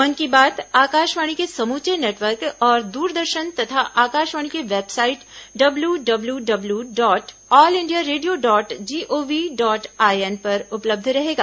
मन की बात आकाशवाणी के समूचे नेटवर्क और द्रदर्शन तथा आकाशवाणी की website W W dot all India radio dot gov dot I N पर उपलब्ध रहेगा